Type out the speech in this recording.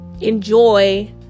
enjoy